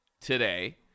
today